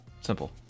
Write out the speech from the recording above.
Simple